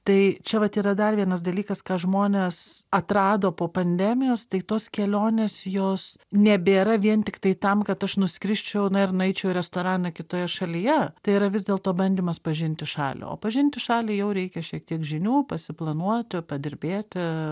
tai čia vat yra dar vienas dalykas ką žmonės atrado po pandemijos tai tos kelionės jos nebėra vien tiktai tam kad aš nuskrisčiau na ir nueičiau į restoraną kitoje šalyje tai yra vis dėlto bandymas pažinti šalį o pažinti šalį jau reikia šiek tiek žinių pasiplanuoti padirbėti